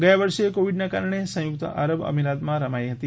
ગયા વર્ષે કોવિડના કારણે સંયુક્ત આરબ અમીરાતમાં રમાઈ હતી